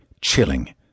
chilling